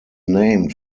named